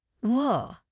Whoa